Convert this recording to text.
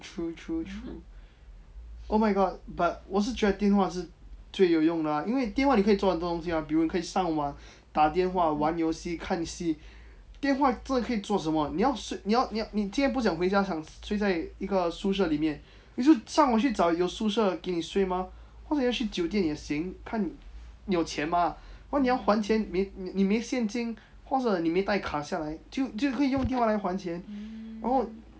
true true true oh my god but 我是觉得电话是最有用的啊因为电话你可以做很多东西啊比如你可以上网打电话玩游戏看戏电话真的可以做什么你要睡你要你要你今天不想回家想睡在一个宿舍里面你就上网去找有宿舍给你睡吗或者要去酒店也行看有钱吗或你要还钱没你没现金或者你没带卡下来就可以用电话来还钱然后:wo shi jue de dian hua shi zui you yong de a yin wei dian hua ni ke yi zuo hen duo dong xi a bi ru ni ke yi shang wang da dian hua wan you xi kan xi dian hua zhen de ke yi zuo shen me ni yao shui ni yao ni yao ni jin tian bu xiang hui jia shui zai yi ge su she li mian ni jiu shang wang qu zhao you su she gei ni shui ma huo zhe yao qu jiu dian ye xing kan you qian ma huo ni yao huan qian mei ni mei xian jin huo zhe ni mei dai ka xia lai jiu ke yi yong dian hua lai huan qian ran hou